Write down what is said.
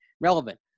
relevant